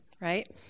right